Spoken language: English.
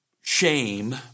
shame